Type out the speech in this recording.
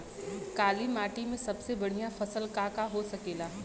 काली माटी में सबसे बढ़िया फसल का का हो सकेला?